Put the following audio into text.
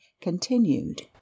continued